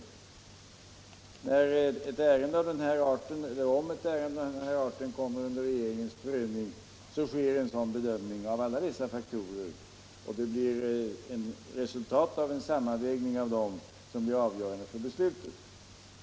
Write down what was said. Kommer ett ärende av den här arten under regeringens prövning sker en bedömning av alla dessa faktorer, och resultatet av en sammanvägning av dem blir avgörande för beslutet.